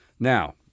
Now